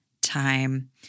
time